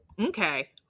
Okay